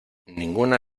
ninguna